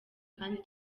kandi